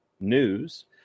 News